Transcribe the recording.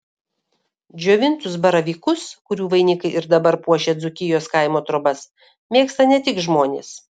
džiovintus baravykus kurių vainikai ir dabar puošia dzūkijos kaimo trobas mėgsta ne tik žmonės